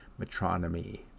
Metronomy